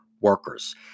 workers